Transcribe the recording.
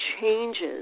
changes